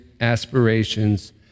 aspirations